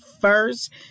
first